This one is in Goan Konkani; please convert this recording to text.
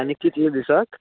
आनी कितलें दिसांक